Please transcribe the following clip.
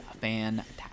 fantastic